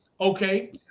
Okay